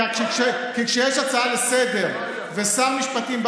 כי כשיש הצעה לסדר-היום ושר משפטים,